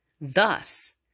Thus